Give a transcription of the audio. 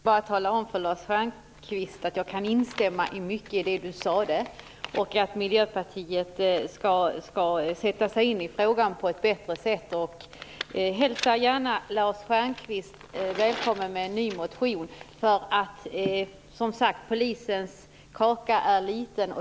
Herr talman! Jag vill bara tala om för Lars Stjernkvist att jag instämmer i mycket av det som han sade. Vi i Miljöpartiet skall sätta sig in i frågan på ett bättre sätt. Lars Stjernkvist är välkommen med en ny motion. Som sagt, polisens kaka är liten.